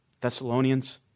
Thessalonians